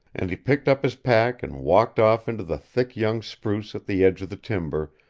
and he picked up his pack and walked off into the thick young spruce at the edge of the timber,